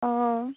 অঁ